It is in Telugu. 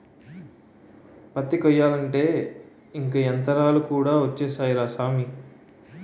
పత్తి కొయ్యాలంటే ఇంక యంతరాలు కూడా ఒచ్చేసాయ్ రా సామీ